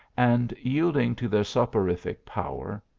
and, yielding to their soporific power,